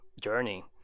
journey